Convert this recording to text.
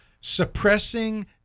suppressing